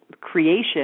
creation